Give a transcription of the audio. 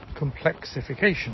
complexification